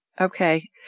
Okay